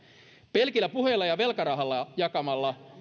pelkillä puheilla ja velkarahaa jakamalla